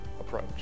approach